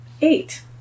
Eight